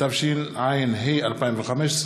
התשע"ה 2015,